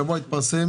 השבוע התפרסם